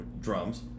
drums